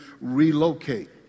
relocate